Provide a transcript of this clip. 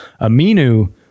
Aminu